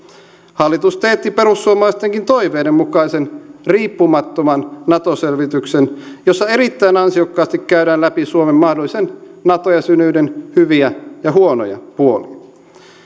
hallitus teetti perussuomalaistenkin toiveiden mukaisen riippumattoman nato selvityksen jossa erittäin ansiokkaasti käydään läpi suomen mahdollisen nato jäsenyyden hyviä ja huonoja puolia